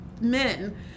men